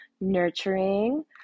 nurturing